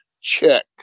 check